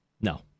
no